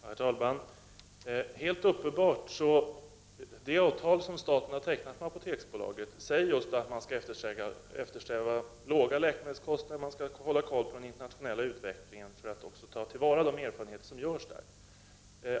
Herr talman! Det är helt uppenbart att det avtal som staten har tecknat med Apoteksbolaget säger just att man skall eftersträva låga läkemedelskostnader och hålla koll på den internationella utvecklingen för att ta till vara de erfarenheter som görs där.